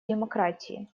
демократии